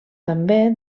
també